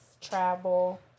travel